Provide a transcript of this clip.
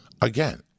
again